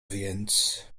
więc